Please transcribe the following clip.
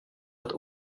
ett